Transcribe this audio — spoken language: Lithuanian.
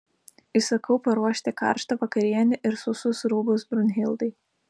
įsakau paruošti karštą vakarienę ir sausus rūbus brunhildai